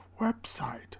website